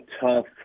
tough